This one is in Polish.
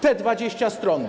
Te 20 stron.